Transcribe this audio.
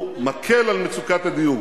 הוא מקל על מצוקת הדיור.